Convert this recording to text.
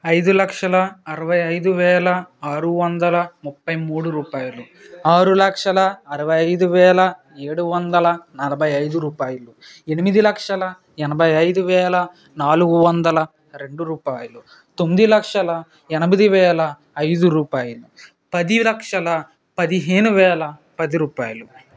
ఐదు లక్షల అరవై ఐదు వేల ఆరు వందల ముప్పై మూడు రూపాయలు ఆరు లక్షల అరవై ఐదు వేల ఏడు వందల నలభై ఐదు రూపాయలు ఎనిమిది లక్షల ఎనభై ఐదు వేల నాలుగు వందల రెండు రూపాయలు తొమ్మిది లక్షల ఎనిమిది వేల ఐదు రూపాయలు పది లక్షల పదిహేను వేల పది రూపాయలు